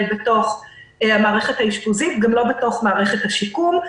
בתוך המערכת האשפוזית או בתוך מערכת השיקום.